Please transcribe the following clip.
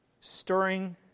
stirring